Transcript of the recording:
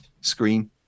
screen